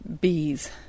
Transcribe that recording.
bees